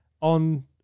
on